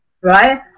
Right